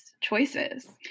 choices